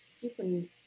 different